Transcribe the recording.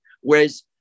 whereas